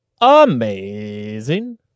amazing